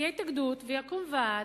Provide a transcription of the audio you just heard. תהיה התאגדות ויקום ועד,